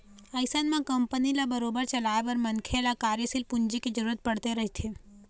अइसन म कंपनी ल बरोबर चलाए बर मनखे ल कार्यसील पूंजी के जरुरत पड़ते रहिथे